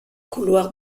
couloir